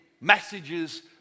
messages